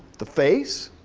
the face,